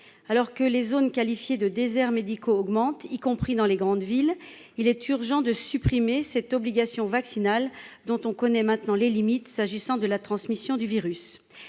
alors que les zones qualifiées de déserts médicaux augmentent, y compris dans les grandes villes, il est urgent de supprimer cette obligation vaccinale dont on connaît maintenant les limites, s'agissant de la transmission du virus